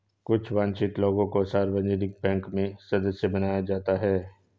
कुछ वन्चित लोगों को सार्वजनिक बैंक में सदस्य बनाया जाता है